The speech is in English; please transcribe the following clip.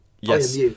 yes